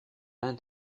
l’un